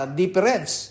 difference